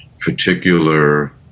particular